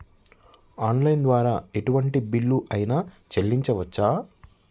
Online ద్వారా ఎటువంటి bill అయినా చెల్లించవచ్చా?